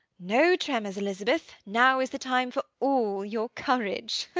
no tremors, elizabeth! now is the time for all your courage.